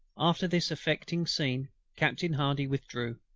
after this affecting scene captain hardy withdrew,